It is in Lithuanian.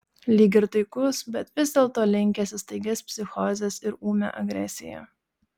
lyg ir taikus bet vis dėlto linkęs į staigias psichozes ir ūmią agresiją